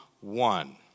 one